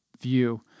view